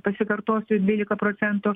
pasikartosiu dvylika procentų